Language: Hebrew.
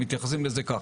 מתייחסים לזה כך.